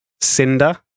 Cinder